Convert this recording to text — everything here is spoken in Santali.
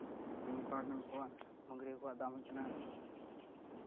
ᱛᱮᱦᱮᱧ ᱜᱟᱯᱟ ᱩᱱᱠᱩᱣᱟᱜ ᱢᱟᱹᱜᱽᱨᱤ ᱦᱟᱹᱠᱩᱣᱟᱜ ᱫᱟᱢ ᱦᱩᱭᱩᱜ ᱠᱟᱱᱟ